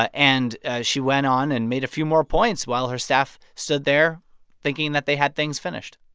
ah and she went on and made a few more points while her staff stood there thinking that they had things finished